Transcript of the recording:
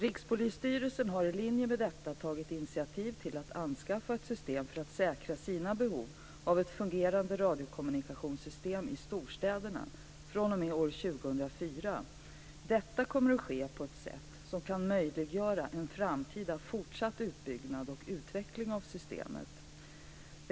Rikspolisstyrelsen har i linje med detta tagit initiativ till att anskaffa ett system för att säkra sina behov av ett fungerande radiokommunikationssystem i storstäderna fr.o.m. år 2004. Detta kommer att ske på ett sätt som kan möjliggöra en framtida fortsatt utbyggnad och utveckling av systemet.